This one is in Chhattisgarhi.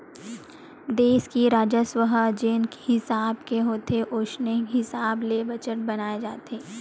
देस के राजस्व ह जेन हिसाब के होथे ओसने हिसाब ले बजट बनाए जाथे